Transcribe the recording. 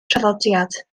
traddodiad